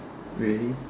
really